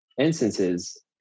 instances